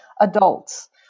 adults